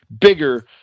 bigger